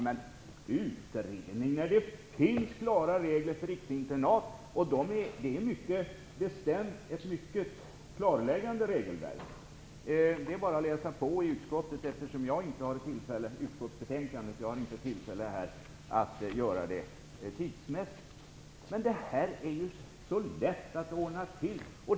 Men varför utreda när det finns klara regler för riksinternat? Det är dessutom ett mycket klarläggande regelverk. Det är bara att läsa på i utskottsbetänkandet, för jag har tidsmässigt inte möjlighet att göra det här. Detta är ju så lätt att ordna till.